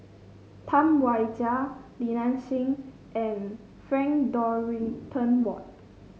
Tam Wai Jia Li Nanxing and Frank Dorrington Ward